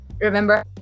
remember